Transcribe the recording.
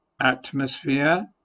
atmosphere